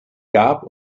gab